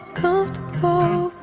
comfortable